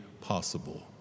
possible